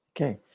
Okay